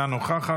אינה נוכחת,